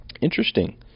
Interesting